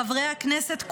חברי הכנסת כולם,